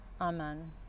Amen